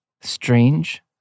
strange